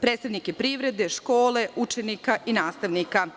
predstavnike privrede, škole, učenika i nastavnika.